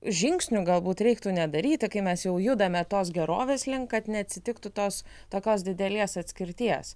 žingsnių galbūt reiktų nedaryti kai mes jau judame tos gerovės link kad neatsitiktų tos tokios didelės atskirties